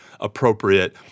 appropriate